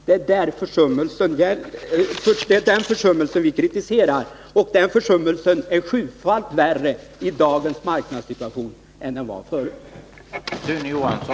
Det är alltså denna försummelse som vi kritiserar, och den får självfallet värre verkningar i dagens marknadssituation än tidigare.